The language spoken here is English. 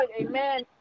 Amen